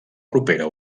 propera